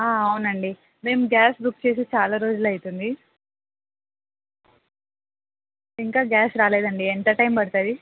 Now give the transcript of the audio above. అవునండి మేము gas book చేసి చాలా రోజుల అవుతుంది ఇంకా గ్యాస్ రాలేదండి ఎంత టైం పడుతుంది